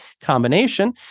combination